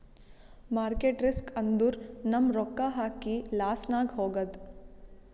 market risk ಅಂದುರ್ ನಮ್ ರೊಕ್ಕಾ ಹಾಕಿ ಲಾಸ್ನಾಗ್ ಹೋಗದ್